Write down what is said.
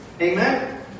amen